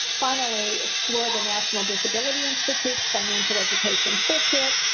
finally, explore the national disability institute financial education toolkit.